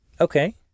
Okay